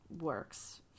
works